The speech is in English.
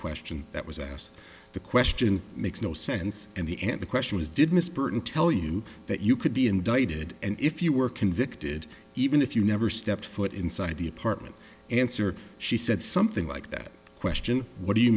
question that was asked the question makes no sense and the and the question was did miss burton tell you that you could be indicted and if you were convicted even if you never stepped foot inside the apartment answer she said something like that question what do you